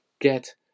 get